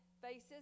Faces